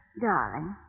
Darling